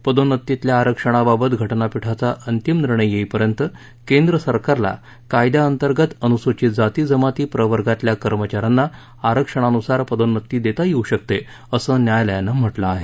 पदोन्नतीतल्या आरक्षणाबाबत घटनापीठाचा अंतिम निर्णय येईपर्यंत केंद्र सरकारलौ कायद्यातंग्त अनुसूचीत जाती जमाती प्रवर्गातल्या कर्मचाऱ्यांना आरक्षणानुसार पदोन्नती देता येऊ शकते असं न्यायालयानं म्हटलं आहे